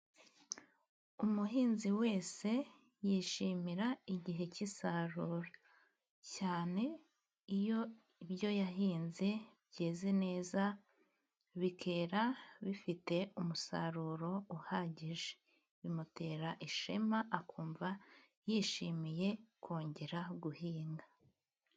Umuhinzi wese yishimira igihe cy'isarura cyane iyo ibyo yahinze byeze neza bikera bifite umusaruro uhagije, bimutera ishema akumva yishimiye kongera guhinga.